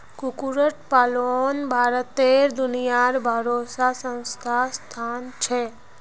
कुक्कुट पलानोत भारतेर दुनियाभारोत सातवाँ स्थान छे